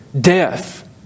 Death